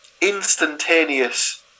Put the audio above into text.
instantaneous